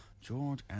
George